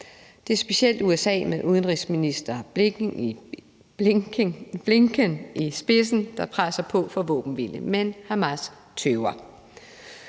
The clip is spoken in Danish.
Det er specielt USA med udenrigsminister Blinken i spidsen, der presser på for en våbenhvile, men Hamas tøver.